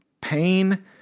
pain